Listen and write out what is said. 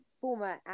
former